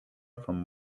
from